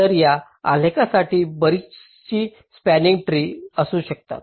तर या आलेखसाठी बरीचशी स्पंनिंग ट्रीे असू शकतात